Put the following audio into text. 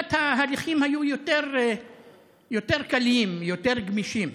באילת ההליכים היו יותר קלים, יותר גמישים.